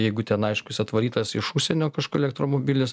jeigu ten aišku jis atvarytas iš užsienio kažko elektromobilis